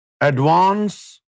advance